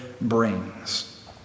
brings